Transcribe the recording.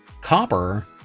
copper